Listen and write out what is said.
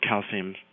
calcium